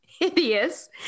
Hideous